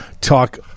talk